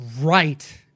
right